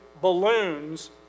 balloons